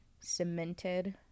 cemented